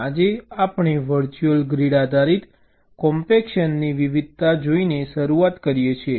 આજે આપણે virtual grid આધારિત કોમ્પેક્શનની વિવિધતા જોઈને શરૂઆત કરીએ છીએ